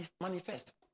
manifest